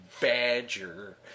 badger